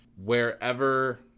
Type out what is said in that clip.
Wherever